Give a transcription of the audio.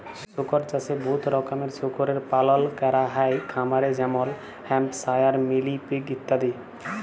শুকর চাষে বহুত রকমের শুকরের পালল ক্যরা হ্যয় খামারে যেমল হ্যাম্পশায়ার, মিলি পিগ ইত্যাদি